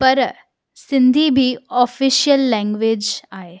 पर सिंधी बि official language आहे